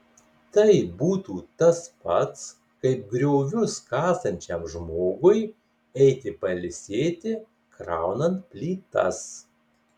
tai būtų tas pats kaip griovius kasančiam žmogui eiti pailsėti kraunant plytas